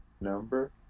number